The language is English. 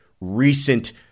recent